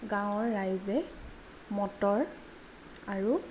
গাঁৱৰ ৰাইজে মটৰ আৰু